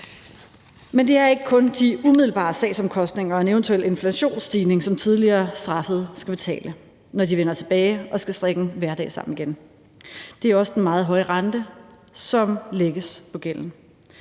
Men det er ikke kun de umiddelbare sagsomkostninger og en eventuel inflationsstigning, som tidligere straffede skal betale, når de vender tilbage og skal strikke en hverdag sammen igen. Det er også den meget høje rente, som lægges på gælden.